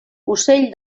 ocell